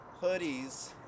hoodies